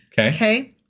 Okay